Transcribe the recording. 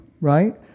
right